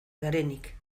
garenik